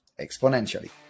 exponentially